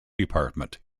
department